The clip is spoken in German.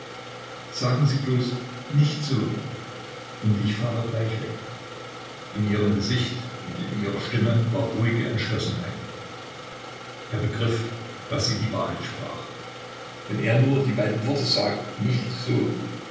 sagen sie bloß nicht so und ich fahre gleich weg in ihrem gesicht und in ihrer stimme war ruhige entschlossenheit er begriff daß sie die wahrheit sprach wenn er nur die beiden worte sagt nicht so